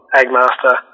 Agmaster